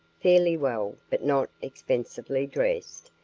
fairly well but not expensively dressed,